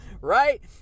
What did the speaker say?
right